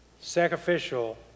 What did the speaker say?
sacrificial